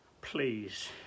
please